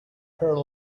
her